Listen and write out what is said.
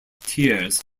tears